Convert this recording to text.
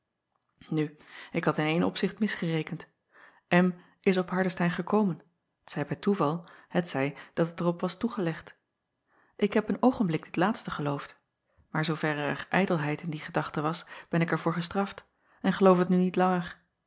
u ik had in één opzicht misgerekend is op ardestein gekomen t zij bij toeval t zij dat het er op was toegelegd k heb een oogenblik dit laatste geloofd maar zooverre er ijdelheid in die gedachte was ben ik er voor gestraft en geloof het nu niet langer